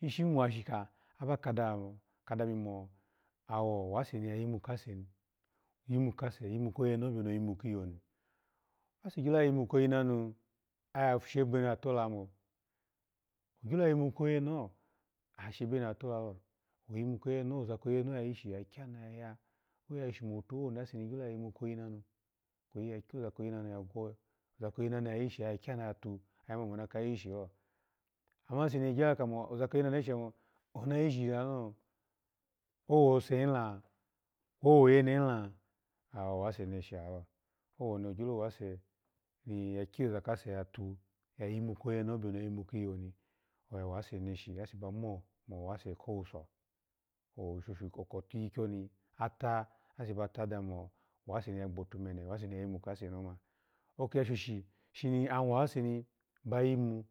Ishi mwashika aba kada se, aba kadami mo owase ni ya yimu kase ni yimu kase yimu koyeneho biyo ya yimu kiyoh ni, ase gyo ya yimu koyenanu oya shebe kase ya tola ibo ogbimu ko yene howono iyolin ya yishi oya gyanu ya ya oya shonuta waii iyo ko yeneho yisi ya gyanu yatu ase ke ozakoyenanu ya yishi oye mo nayishi da nuho, oubosehila, owoyenehela owase neshi lalo, woni ogyo wase ya tu oga wase meshi, ase ba mo mowo se kowuso, owoshosho kykyikyoni ata, ase ba ta dami ma owase ni ya yimu kasuse ni omo oki ya shoshi shi awase ni ba yimu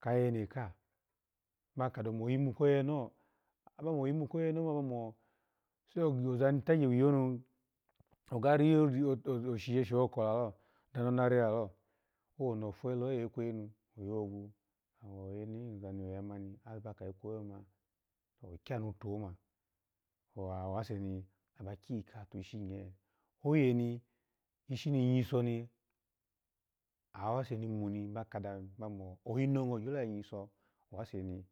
kayene ka ba ka da wo mu yimu koyeneho, yimu koyeneho, ba moza ni ta gye wiyonu, ogaroshigu shokolalo, danu ana re lalo owoni ofela oye ikweyi ne oyogwu, oza ni oya mani aba ka kweyi ho ni yoma kyanuto oma awasu ni ba kiyika ho ishi nye, ishini nyiso ni awase ni mu ni bakadam mamo oyino nyiso waseni